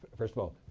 first of all,